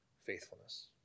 faithfulness